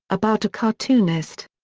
about a cartoonist.